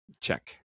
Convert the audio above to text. Check